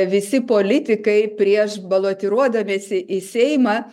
visi politikai prieš balotiruodamiesi į seimą